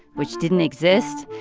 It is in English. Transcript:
which didn't exist.